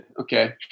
Okay